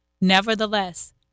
Nevertheless